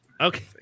okay